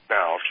now